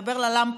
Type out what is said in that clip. דבר ללמפה,